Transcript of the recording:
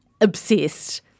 obsessed